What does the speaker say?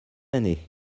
année